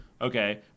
Okay